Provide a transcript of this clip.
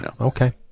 Okay